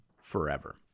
forever